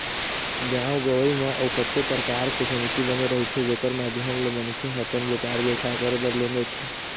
गाँव गंवई म अउ कतको परकार के समिति बने रहिथे जेखर माधियम ले मनखे ह अपन बेपार बेवसाय करे बर लोन देथे